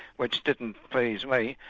which didn't please me,